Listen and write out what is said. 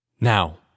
Now